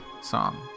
song